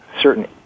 certain